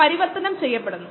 പ്രവർത്തനത്തിലും